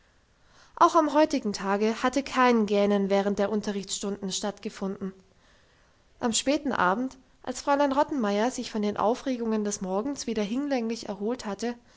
auch am heutigen tage hatte kein gähnen während der unterrichtsstunden stattgefunden am späten abend als fräulein rottenmeier sich von den aufregungen des morgens wieder hinlänglich erholt hatte